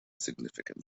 significant